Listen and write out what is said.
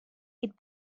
its